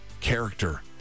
character